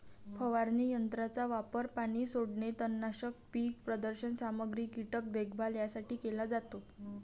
फवारणी यंत्राचा वापर पाणी सोडणे, तणनाशक, पीक प्रदर्शन सामग्री, कीटक देखभाल यासाठी केला जातो